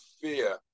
fear